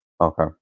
Okay